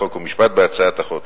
חוק ומשפט בהצעת החוק.